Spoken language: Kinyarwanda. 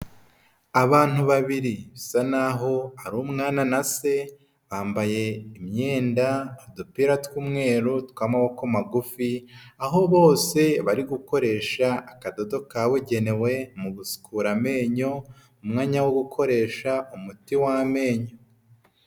Abantu babiri bisa n'aho ari umwana na se bambaye imyenda udupira tw'umweru tw'amaboko magufi, aho bose bari gukoresha akadodo kabugenewe mu gusukura amenyo, umwanya wo gukoresha umuti w'amenyo.